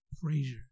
Frazier